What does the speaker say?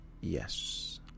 Yes